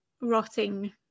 rotting